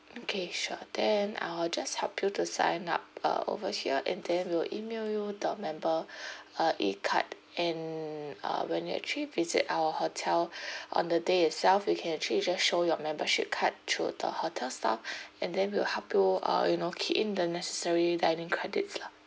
okay sure then I will just help you to sign up uh over here and then we'll email you the member uh E card and uh when you actually visit our hotel on the day itself you can actually just show your membership card through the hotel staff and then we will help you uh you know key in the necessary dining credits lah